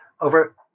over